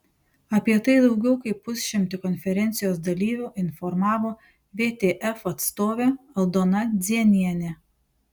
apie tai daugiau kaip pusšimtį konferencijos dalyvių informavo vtf atstovė aldona dzienienė